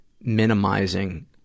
minimizing